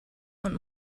und